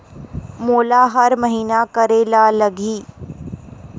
मोला हर महीना करे ल लगही?